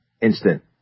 instant